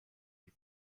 die